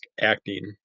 acting